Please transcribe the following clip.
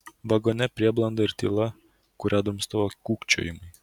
vagone prieblanda ir tyla kurią drumsdavo kūkčiojimai